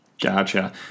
Gotcha